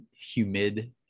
humid